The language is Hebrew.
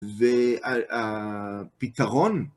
וא... על א... פתרון,